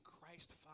Christ